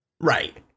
Right